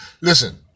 listen